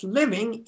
living